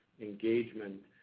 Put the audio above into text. engagement